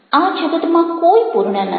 આ જગતમાં કોઈ પૂર્ણ નથી